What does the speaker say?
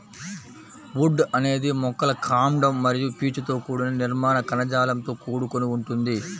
would అనేది మొక్కల కాండం మరియు పీచుతో కూడిన నిర్మాణ కణజాలంతో కూడుకొని ఉంటుంది